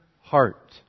heart